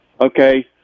Okay